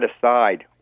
aside